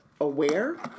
aware